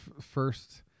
first